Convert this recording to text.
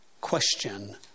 question